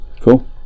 cool